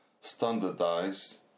standardized